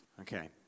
Okay